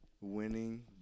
winning